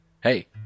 Hey